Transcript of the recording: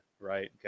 right